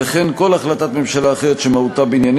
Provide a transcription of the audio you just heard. וכן כל החלטת ממשלה אחרת שמהותה בענייני